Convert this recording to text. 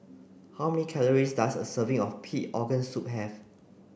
how many calories does a serving of pig organ soup have